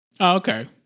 okay